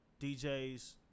DJs